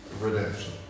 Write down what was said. redemption